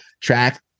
Track